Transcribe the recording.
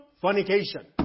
fornication